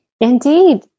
Indeed